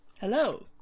Hello